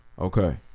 okay